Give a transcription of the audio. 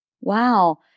wow